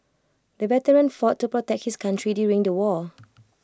the veteran fought to protect his country during the war